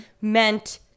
meant